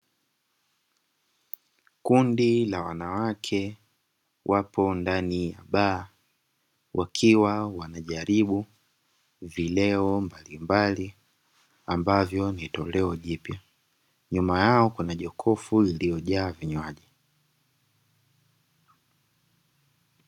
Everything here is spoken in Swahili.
Kundi la wanawake wapo ndani baa wakiwa wanajaribu vileo mbali mbali, ambavyo ni toleo jipya. Nyuma yao kuna jokofu lilojaa vinywaji.